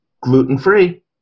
gluten-free